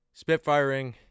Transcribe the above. spitfiring